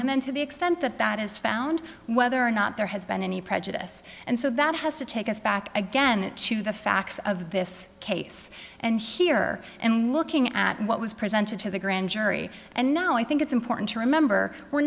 and then to the extent that that is found whether or not there has been any prejudice and so that has to take us back again to the facts of this case and here and looking at what was presented to the grand jury and now i think it's important to remember we're